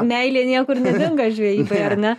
meilė niekur nedingo žvejybai ar ne